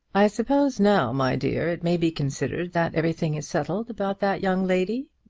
i suppose now, my dear, it may be considered that everything is settled about that young lady,